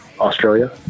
Australia